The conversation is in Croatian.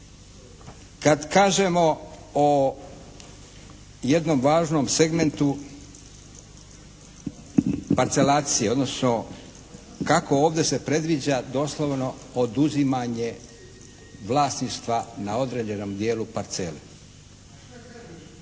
Kad kažemo o jednom važnom segmentu parcelacije odnosno kako ovdje se predviđa doslovno oduzimanje vlasništva na određenom dijelu parcele.